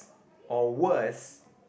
or worse